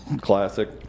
Classic